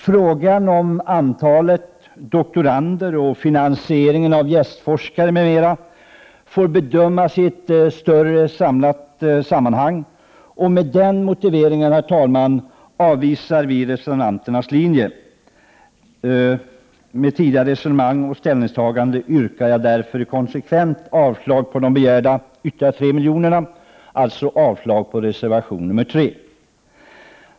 Frågan om antalet doktorander och finan sieringen av gästforskare m.m. får bedömas i ett större samlat sammanhang. Med den motiveringen avvisar vi reservanternas linje. Med tidigare resonemang och ställningstagande yrkar jag avslag på begärda ytterligare 3 milj.kr., alltså avslag på reservation nr 3.